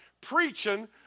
preaching